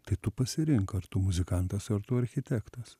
tai tu pasirink ar tu muzikantas ar tu architektas